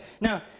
Now